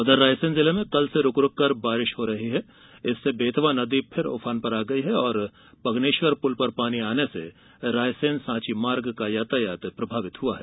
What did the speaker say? उधर रायसेन जिले में कल से रुक रुककर बारिश हो रही है इससे बेतवा नदी फिर उफान पर आ गई है और पगनेश्वर पुल पर पानी आने से रायसेन सॉची मार्ग का यातायात प्रभावित हुआ है